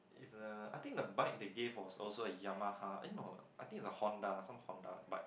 is a I think the bike they give was also a Yamaha eh no I think is a Honda some Honda bike